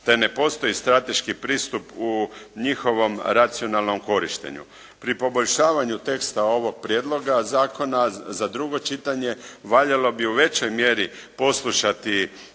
te ne postoji strateški pristup u njihovom racionalnom korištenju. Pri poboljšavanju teksta ovog prijedloga zakona za drugo čitanje valjalo bi u većoj mjeri poslušati